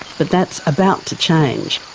but that's about to change.